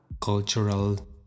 cultural